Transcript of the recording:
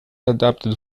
adapted